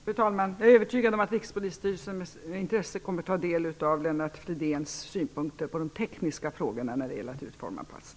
Fru talman! Jag är övertygad om att Rikspolisstyrelsen med intresse kommer att ta del av Lennart Fridéns synpunkter på de tekniska frågorna när det gäller att utforma passen.